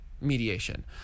mediation